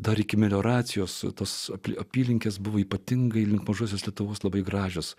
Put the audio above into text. dar iki melioracijos tos apylinkės buvo ypatingai link mažosios lietuvos labai gražios